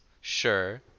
sure